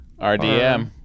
RDM